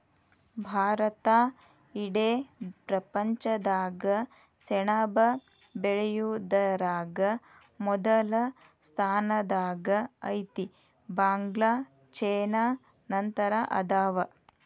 ಭಾರತಾ ಇಡೇ ಪ್ರಪಂಚದಾಗ ಸೆಣಬ ಬೆಳಿಯುದರಾಗ ಮೊದಲ ಸ್ಥಾನದಾಗ ಐತಿ, ಬಾಂಗ್ಲಾ ಚೇನಾ ನಂತರ ಅದಾವ